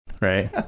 right